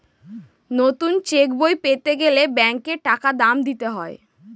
নতুন চেকবই পেতে গেলে ব্যাঙ্কে একটা দাম দিতে হয়